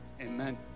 Amen